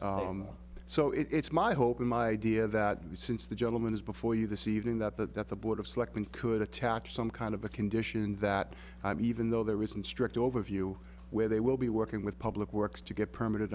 no so it's my hope and my idea that since the gentleman is before you this evening that the that the board of selectmen could attach some kind of a condition that even though there isn't strict overview where they will be working with public works to get permit